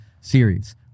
series